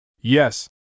Yes